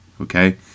okay